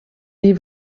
die